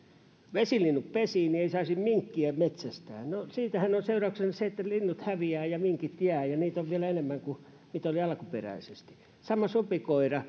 vesilinnut pesivät ei saisi minkkiä metsästää no siitähän on seurauksena se että linnut häviävät ja minkit jäävät ja niitä on vielä enemmän kuin niitä oli alkuperäisesti sama koskee